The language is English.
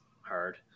hard